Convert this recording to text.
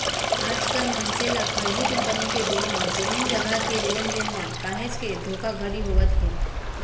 आजकल मनसे ल फरजी कंपनी के बीमा, जमीन जघा के लेन देन म काहेच के धोखाघड़ी होवत हे